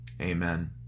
amen